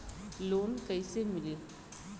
Loan कईसे मिली?